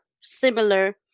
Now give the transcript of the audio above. similar